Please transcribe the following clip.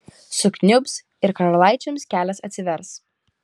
sukniubs ir karalaičiams kelias atsivers